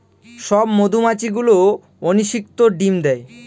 সব মধুমাছি গুলো অনিষিক্ত ডিম দেয়